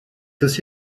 aussi